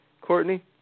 Courtney